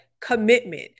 Commitment